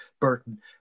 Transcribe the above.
Burton